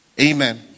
Amen